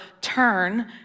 turn